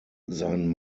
sein